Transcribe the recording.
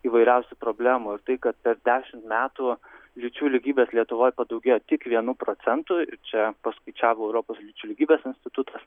įvairiausių problemų ir tai kad per dešimt metų lyčių lygybės lietuvoj padaugėjo tik vienu procentu ir čia paskaičiavo europos lyčių lygybės institutas